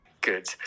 Good